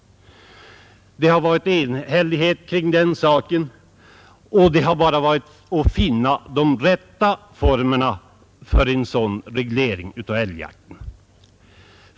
Det har rått enhällighet kring den saken, och det har då gällt att finna de rätta formerna för en sådan reglering av älgjakten.